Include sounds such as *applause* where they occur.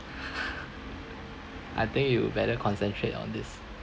*laughs* I think you better concentrate on this